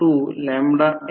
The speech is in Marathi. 02 तर ते 2 आहे